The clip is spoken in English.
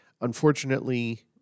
Unfortunately